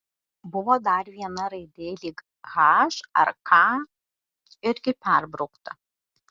buvo dar viena raidė lyg h ar k irgi perbraukta